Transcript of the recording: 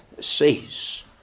cease